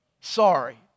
Sorry